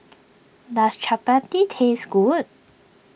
does Chapati taste good